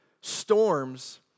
storms